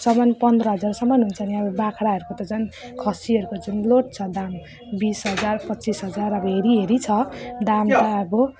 सम्मन पन्ध्र हजारसम्मन हुन्छ नि अब बाख्राहरूको त झन् खसीहरूको जुन लोध छ दाम बिस हजार पच्चिस हजार अब हेरी हेरी छ दाम त अब